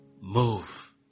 Move